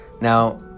Now